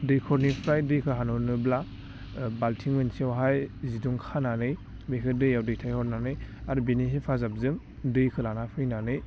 दैखरनिफ्राय दैखौ हानहरनोब्ला बाल्टिं मोनसेआवहाय जिदुं खानानै बेखौ दैयाव दैथायहरनानै आरो बेनि हेफाजाबजों दैखो लाना फैनानै